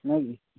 ନାଇଁକି